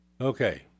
Okay